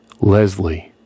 Leslie